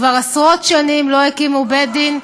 כבר עשרות שנים לא הקימו בית-דין,